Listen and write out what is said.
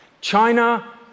China